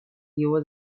его